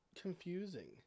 confusing